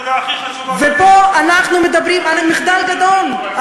ופה אנחנו מדברים על מחדל גדול,